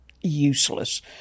useless